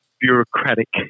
bureaucratic